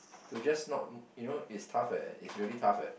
to just not you know it's tough eh it's really tough eh